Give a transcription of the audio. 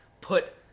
put